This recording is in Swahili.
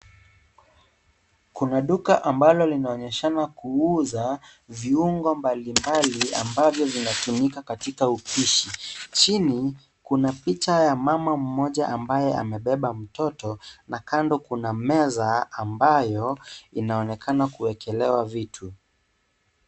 Kuna duka ambalo linaonyeshana kuuza viungo mbali mbali ambavyo vinatumika katika upishi, chini kuna picha ya mama mmoja ambaye amebeba mtoto na kando kuna meza ambayo inaonekana kuekelewa vitu.